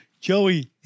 Joey